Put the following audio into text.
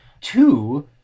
Two